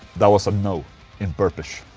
that was a no in burpish,